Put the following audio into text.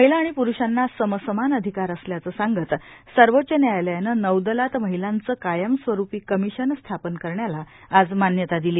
महिला आणि प्रुषांना समसमान अधिकार असल्याचं सांगत सर्वोच्च न्यायालयानं नौदलात महिलांचं कायमस्वरुपी कमिशन स्थापन करण्याला आज मान्यता दिली